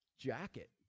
jacket